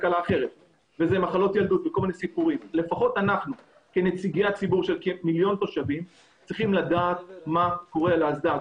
לפחות כנציגי ציבור של כמיליון תושבים נדע מה קורה על האסדה.